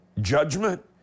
judgment